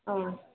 ও